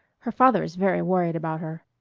her father is very worried about her.